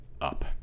Up